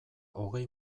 hogei